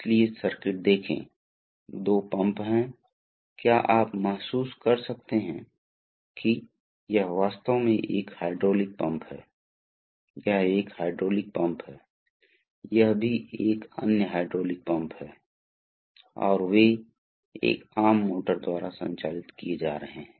इसलिए जो हम अनिवार्य रूप से करने जा रहे हैं वह यह है कि हम एक छोर पर एक तरल पदार्थ के लिए दबाव लागू करने जा रहे हैं और उसी दबाव में संचरित होने और किसी अन्य शरीर पर कार्य करने जा रहे हैं